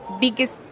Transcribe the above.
biggest